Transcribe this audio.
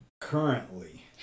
Currently